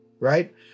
Right